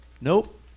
Nope